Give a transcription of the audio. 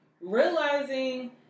realizing